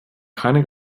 keine